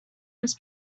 was